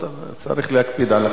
צריך להקפיד על הכללים.